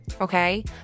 okay